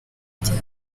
igihe